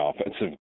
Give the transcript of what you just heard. offensive